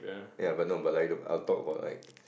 ya but no but like I'll talk about like